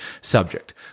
subject